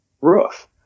roof